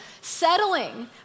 settling